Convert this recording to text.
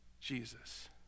Jesus